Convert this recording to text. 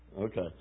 Okay